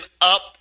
up